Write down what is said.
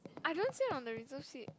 I don't sit on the reserved seat